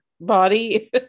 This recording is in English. body